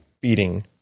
beating